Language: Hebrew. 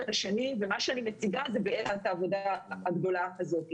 שאני מציגה זה את העבודה הגדולה הזאת.